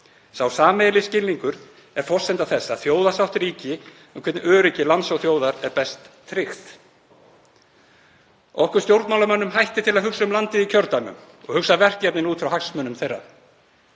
Sá sameiginlegi skilningur er forsenda þess að þjóðarsátt ríki um hvernig öryggi lands og þjóðar sé best tryggt. Okkur stjórnmálamönnum hættir til að hugsa um landið í kjördæmum og hugsa verkefnin út frá hagsmunum þeirra.